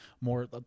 more